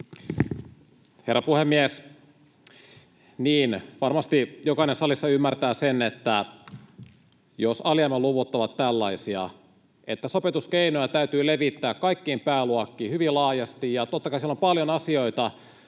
Herra puhemies! Niin, varmasti jokainen salissa ymmärtää sen, että jos alijäämäluvut ovat tällaisia, että sopeutuskeinoja täytyy levittää kaikkiin pääluokkiin hyvin laajasti, totta kai siellä on paljon asioita,